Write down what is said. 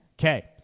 Okay